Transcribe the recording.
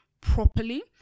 properly